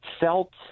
felt